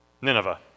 Nineveh